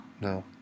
no